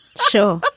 sure.